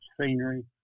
scenery